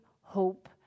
hope